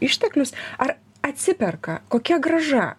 išteklius ar atsiperka kokia grąža